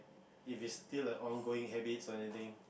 if it's still a on going habits or anything